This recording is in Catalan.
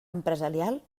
empresarial